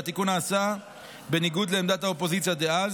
והתיקון נעשה בניגוד לעמדת האופוזיציה דאז.